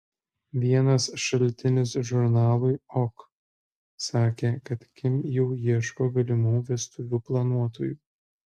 vienas šaltinis žurnalui ok sakė kad kim jau ieško galimų vestuvių planuotojų